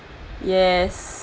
yes